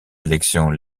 élections